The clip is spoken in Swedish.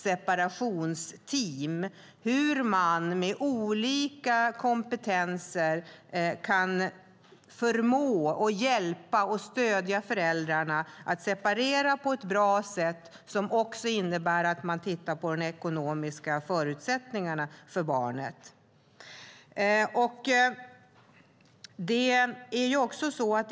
Det handlar om hur man med olika kompetenser kan förmå, hjälpa och stödja föräldrarna att separera på ett bra sätt som också innebär att man tittar på de ekonomiska förutsättningarna för barnet.